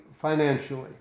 financially